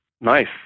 Nice